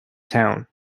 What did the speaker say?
town